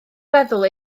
feddwl